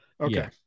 okay